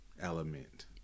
Element